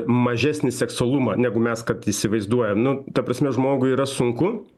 mažesnį seksualumą negu mes kad įsivaizduojam nu ta prasme žmogui yra sunku